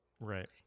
right